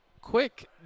quick